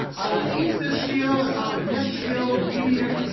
i will teach this skill and probably the next skill, the median,